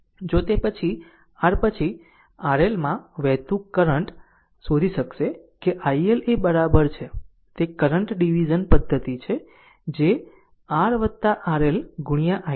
જો તે પછી તે r પછી RL માં વહેતું આ કરંટ શોધી શકશે કે iL એ બરાબર છે તે કરંટ ડીવીઝન પદ્ધતિ છે જે r RRL ગુણ્યા i છે